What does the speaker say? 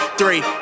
three